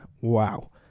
wow